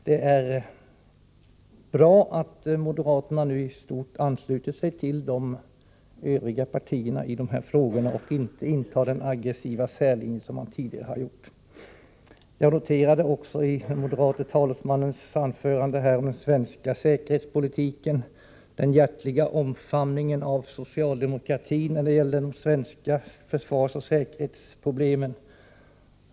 Det är, som sagt, bra att moderaterna i stort sett instämmer med övriga partier i dessa frågor och att de inte väljer den aggressiva särlinje som de tidigare följt. Jag noterade vad som sades om den svenska säkerhetspolitiken i det moderata anförandet nyss. Jag noterade således vad som sades om den hjärtliga omfamningen av socialdemokratin när det gäller de svenska försvarsoch säkerhetsproblemen.